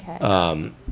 Okay